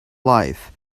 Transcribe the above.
life